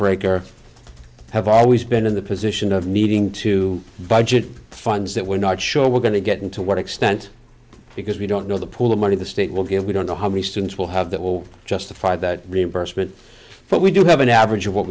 breaker have always been in the position of needing to budget funds that we're not sure we're going to get and to what extent because we don't know the pool of money the state will get we don't know how many students will have that will justify that reimbursement but we do have an average of what